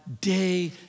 day